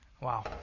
Wow